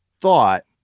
thought